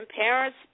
parents